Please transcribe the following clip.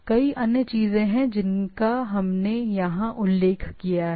कई अन्य चीजें हैं जिनका हमने यहां उल्लेख किया है